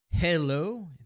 Hello